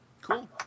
Cool